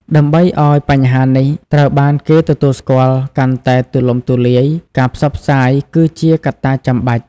ដើម្បីឱ្យបញ្ហានេះត្រូវបានគេទទួលស្គាល់កាន់តែទូលំទូលាយ ការផ្សព្វផ្សាយ គឺជាកត្តាចាំបាច់។